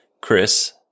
Chris